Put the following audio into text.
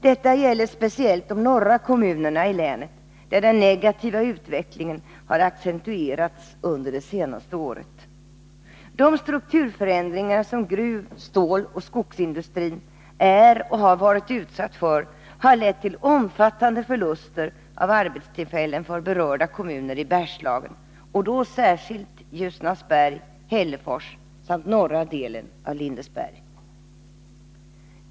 Detta gäller speciellt de norra kommunerna i länet, där den negativa utvecklingen har accentuerats under det senaste året. De strukturförändring ar som gruv-, ståloch skogsindustrierna är och har varit utsatta för har lett till omfattande förluster av arbetstillfällen för berörda kommuner i Bergslagen, särskilt Ljusnarsberg, Hällefors samt norra delen av Lindesberg.